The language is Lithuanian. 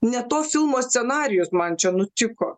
ne to filmo scenarijus man čia nutiko